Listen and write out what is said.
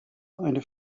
eine